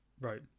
Right